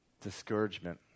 Discouragement